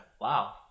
Wow